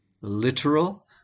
literal